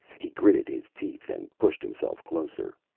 he gritted his teeth and pushed himself closer.